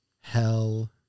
Hell